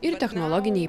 ir technologinei